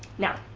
now,